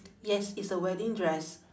yes it's a wedding dress